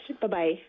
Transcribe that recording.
Bye-bye